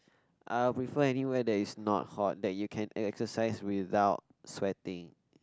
I will prefer anywhere that's not hot that you can exercise without sweating